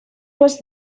was